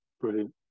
Brilliant